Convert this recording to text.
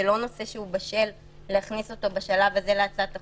זה לא נושא שהוא בשל להכניס אותו בשלב הזה להצעת החוק,